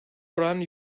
oran